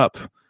up